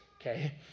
okay